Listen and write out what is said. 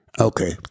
Okay